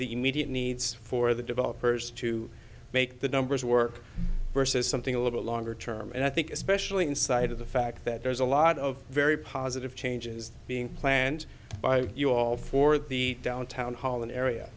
the immediate needs for the developers to make the numbers work versus something a little longer term and i think especially inside of the fact that there's a lot of very positive changes being planned by you all for the down town hall an area